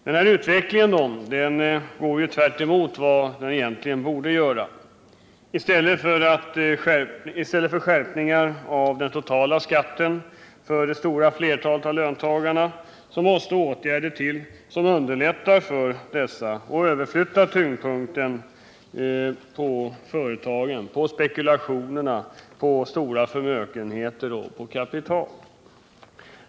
Denna utveckling går tvärt emot vad den egentligen borde göra. I stället för skärpningar av den totala skatten för det stora flertalet av löntagarna måste åtgärder till som underlättar för dessa och överflyttar tyngdpunkten på företagen, på spekulationerna, på de stora förmögenheterna och kapitalen.